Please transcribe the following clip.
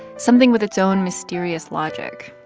something with its own mysterious logic.